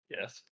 Yes